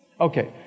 Okay